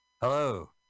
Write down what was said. Hello